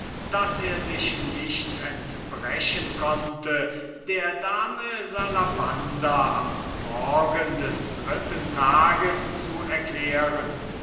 daß er sich nicht entbrechen konnte der dame salabanda am morgen des dritten tages zu erklären